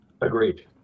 agreed